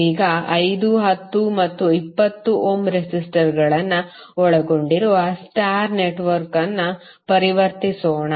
ಈಗ 5 10 ಮತ್ತು 20 ಓಮ್ ರೆಸಿಸ್ಟರ್ಗಳನ್ನು ಒಳಗೊಂಡಿರುವ ಸ್ಟಾರ್ ನೆಟ್ವರ್ಕ್ ಅನ್ನು ಪರಿವರ್ತಿಸೋಣ